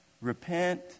repent